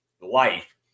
life